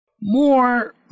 More